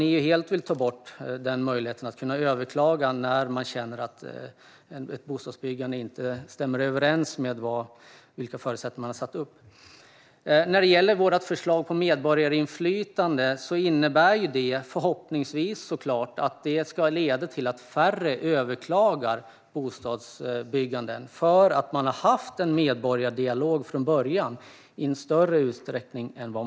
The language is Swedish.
Ni kanske helt vill ta bort möjligheten att överklaga när man känner att ett bostadsbyggande inte stämmer överens med vilka förutsättningar som har getts? Vårt förslag om medborgarinflytande innebär förhoppningsvis såklart att färre överklagar bostadsbyggen eftersom det redan i början har funnits en medborgardialog. Sådana ska ske i större utsträckning än i dag.